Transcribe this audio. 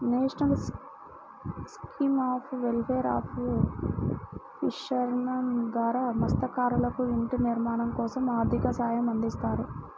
national scheme of welfare of fishermen ద్వారా మత్స్యకారులకు ఇంటి నిర్మాణం కోసం ఆర్థిక సహాయం అందిస్తారు